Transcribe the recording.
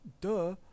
duh